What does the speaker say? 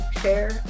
share